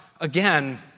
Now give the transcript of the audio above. again